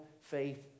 faith